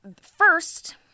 first